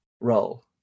role